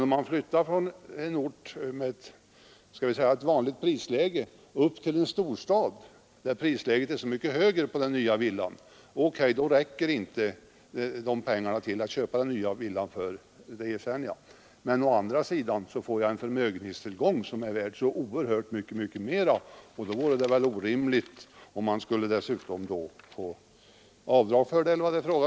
Om man flyttar från en ort med ett vanligt prisläge upp till en storstad, där prisläget är så mycket högre, då räcker inte pengarna till för att köpa den nya villan, det erkänner jag. Men å andra sidan får man en förmögenhetstillgång som är värd så oerhört mycket mera, och då vore det väl orimligt om man dessutom skulle få avdrag eller vad det är fråga om.